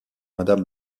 madame